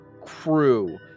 crew